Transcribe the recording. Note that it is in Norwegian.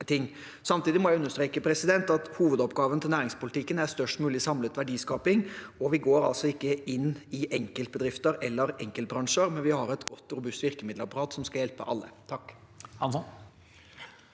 Samtidig må jeg understreke at hovedoppgaven til næringspolitikken er størst mulig samlet verdiskaping, og vi går altså ikke inn i enkeltbedrifter eller -bransjer, men vi har et godt og robust virkemiddelapparat som skal hjelpe alle. Rasmus